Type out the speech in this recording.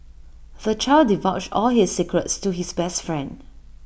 the child divulged all his secrets to his best friend